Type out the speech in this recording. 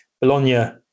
Bologna